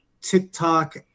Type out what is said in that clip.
TikTok